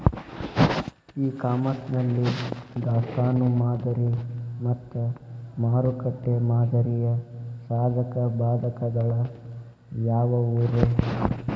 E commerce ನಲ್ಲಿ ದಾಸ್ತಾನು ಮಾದರಿ ಮತ್ತ ಮಾರುಕಟ್ಟೆ ಮಾದರಿಯ ಸಾಧಕ ಬಾಧಕಗಳ ಯಾವವುರೇ?